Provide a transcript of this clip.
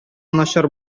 начар